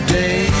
day